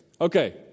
Okay